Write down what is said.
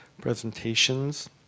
presentations